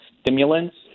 stimulants